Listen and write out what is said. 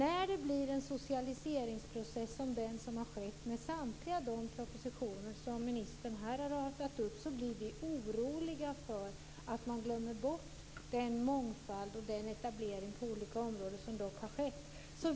När det blir en socialiseringsprocess - som har skett med samtliga de propositioner som ministern här har radat upp - blir vi oroliga att man glömmer bort den mångfald och den etablering på olika områden som dock har skett.